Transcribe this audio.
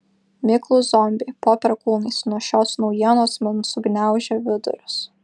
miklūs zombiai po perkūnais nuo šios naujienos man sugniaužė vidurius